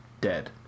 dead